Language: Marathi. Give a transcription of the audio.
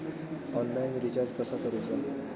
ऑनलाइन रिचार्ज कसा करूचा?